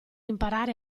imparare